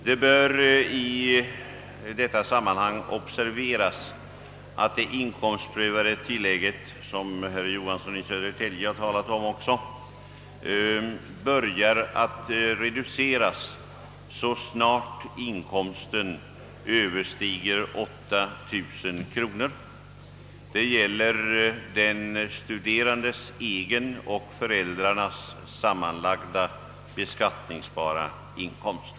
Det bör i sammanhanget observeras att det inkomstprövade tillägget, som herr Johansson i Södertälje talade om, börjar reduceras så snart årsinkomsten överstiger 8000 kronor. Därvid avses den studerandes egen och föräldrarnas sammanlagda beskattningsbara inkomst.